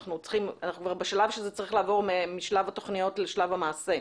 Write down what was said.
אנחנו כבר בשלב שזה צריך לעבור משלב התוכניות לשלב המעשה.